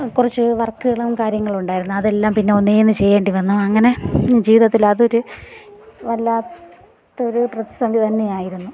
കുറച്ച് വർക്കുകളും കാര്യങ്ങളും ഉണ്ടായിരുന്നു അതെല്ലാം പിന്നെ ഒന്നേന്ന് ചെയ്യേണ്ടി വന്നു അങ്ങനെ ജീവിതത്തിൽ അതൊരു വല്ലാത്തൊരു പ്രതിസന്ധി തന്നെയായിരുന്നു